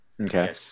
Okay